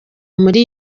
muri